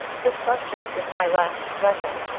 the subject of my last letter,